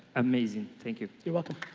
amazing. thank you. you're welcome.